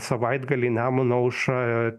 savaitgalį nemuno aušra